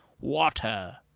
water